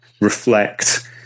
reflect